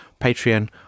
Patreon